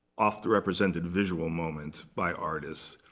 oft represented visual moment by artists.